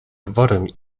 gwarem